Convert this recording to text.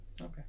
Okay